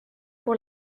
pour